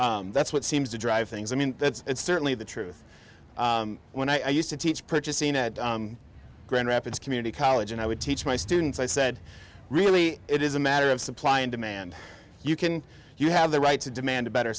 what that's what seems to drive things i mean that's certainly the truth when i used to teach purchasing at grand rapids community college and i would teach my students i said really it is a matter of supply and demand you can you have the right to demand better